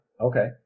Okay